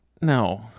No